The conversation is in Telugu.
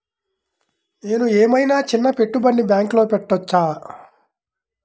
నేను ఏమయినా చిన్న పెట్టుబడిని బ్యాంక్లో పెట్టచ్చా?